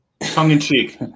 Tongue-in-cheek